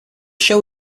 show